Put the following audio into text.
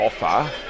offer